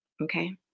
okay